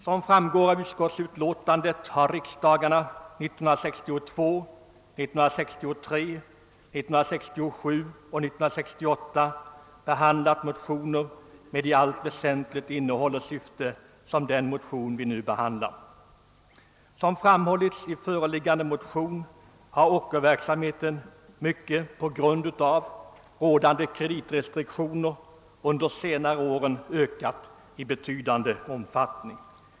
Som framgår av utskottsutlåtandet har riksdagen 1962, 1963, 1967 och 1968 behandlat motioner med i allt väsentligt samma innehåll och syfte som den i år väckta motionen. Vi motionärer har framhållit att ockerverksamheten — mycket på grund av rådande kreditrestriktioner — under de senaste åren ökat betydligt i omfattning.